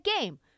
game